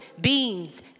beans